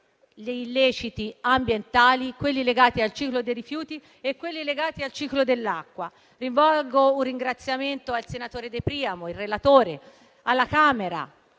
gli illeciti ambientali, quelli legati al ciclo dei rifiuti e quelli legati al ciclo dell'acqua. Rivolgo un ringraziamento al relatore, senatore De Priamo, alla Camera